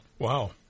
Wow